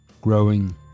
growing